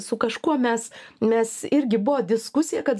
su kažkuo mes nes irgi buvo diskusija kad